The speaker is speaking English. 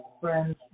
friends